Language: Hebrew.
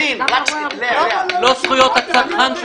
-- לא זכויות הצרכן.